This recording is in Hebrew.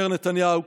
אומר נתניהו,